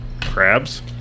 Crabs